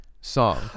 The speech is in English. song